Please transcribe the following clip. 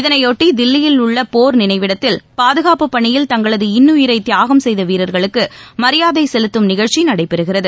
இதனையொட்டி தில்லியில் உள்ள போர் நினைவிடத்தில் பாதுகாப்பு பனியில் தங்களது இன்னுயிரை தியாகம் செய்த வீரர்களுக்கு மரியாதை செலுத்தும் நிகழ்ச்சி நடைபெறுகிறது